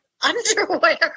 underwear